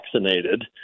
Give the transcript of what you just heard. vaccinated